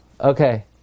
Okay